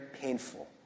painful